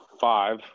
five